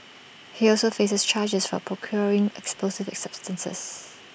he also faces charges for procuring explosive substances